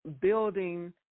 building